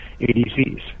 ADCs